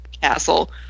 castle